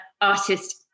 artist